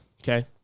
Okay